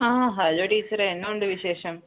ആ ഹലോ ടീച്ചറേ എന്നാ ഉണ്ട് വിശേഷം